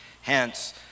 Hence